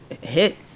hit